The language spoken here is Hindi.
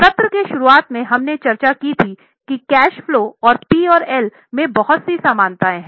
सत्र की शुरुआत में हमने चर्चा की थी कि कैश फलो और P और L में बहुत सी समानताएँ हैं